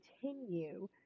continue